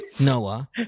noah